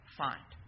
find